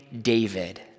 David